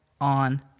on